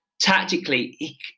Tactically